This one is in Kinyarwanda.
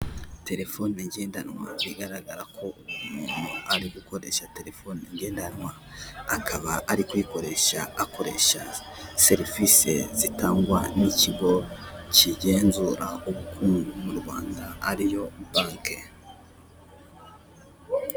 Telefone ngendanwa, bigaragara ko uwo muntu ari gukoresha telefone ngendanwa, akaba ari kuyikoresha akoresha serivise zitangwa n'ikigo kigenzura ubukungu mu Rwanda, ari yo banke.